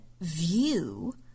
view